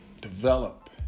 develop